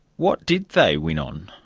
what did they win on?